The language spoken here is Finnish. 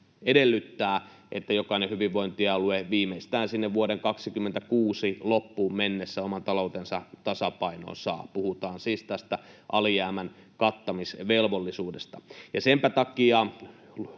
edellyttää, että jokainen hyvinvointialue viimeistään vuoden 26 loppuun mennessä saa oman taloutensa tasapainoon — puhutaan siis tästä alijäämän kattamisvelvollisuudesta. Senpä takia